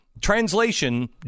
Translation